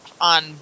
on